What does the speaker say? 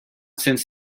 since